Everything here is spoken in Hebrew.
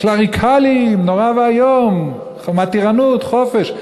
קלריקלי, יצעקו לו, נורא ואיום, מתירנות, חופש.